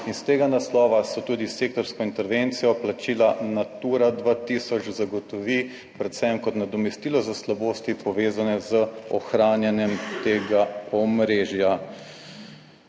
in iz tega naslova se tudi s sektorsko intervencijo plačila Natura 2000 zagotovi predvsem kot nadomestilo za slabosti povezane z ohranjanjem tega omrežja.